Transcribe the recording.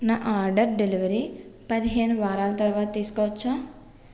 నా order delivery పదిహేను వారాలు తరువాత తీసుకోవచ్చా